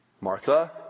Martha